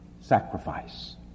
sacrifice